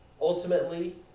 ultimately